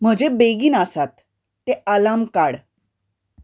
म्हजे बेगीन आसात ते आलार्म काड